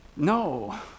No